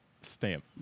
stamp